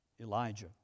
Elijah